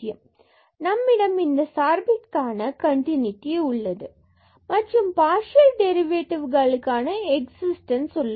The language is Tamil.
fxyy3sin 1x2 x≠0 0x0 நம்மிடம் இந்த சார்பிற்க்கான கண்டினூட்டி உள்ளது மற்றும் பார்சியல் டெரிவேட்டிவ் களுக்கான எக்ஸிஸ்டன்ஸ் உள்ளது